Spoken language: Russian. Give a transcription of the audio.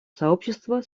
сообщества